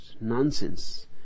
nonsense